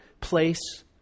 place